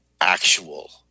actual